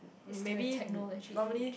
it's the technology age